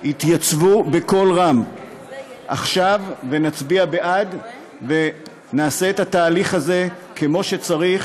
התייצבו בקול רם עכשיו ונצביע בעד ונעשה את התהליך הזה כמו שצריך,